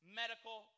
medical